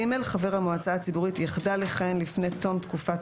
(ג)חבר המועצה הציבורית יחדל לכהן לפני תום תקופת